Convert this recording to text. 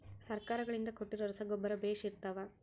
ಸರ್ಕಾರಗಳಿಂದ ಕೊಟ್ಟಿರೊ ರಸಗೊಬ್ಬರ ಬೇಷ್ ಇರುತ್ತವಾ?